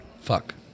Fuck